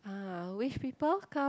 ah which people come